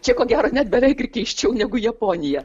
čia ko gero net beveik ir keisčiau negu japonija